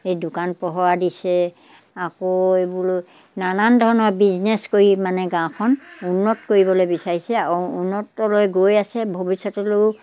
সেই দোকান পোহাৰ দিছে আকৌ এইবোৰ নানান ধৰণৰ বিজনেছ কৰি মানে গাঁওখন উন্নত কৰিবলৈ বিচাৰিছে আৰু উন্নতলৈ গৈ আছে ভৱিষ্যতলৈও